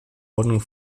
ordnung